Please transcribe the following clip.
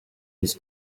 his